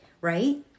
right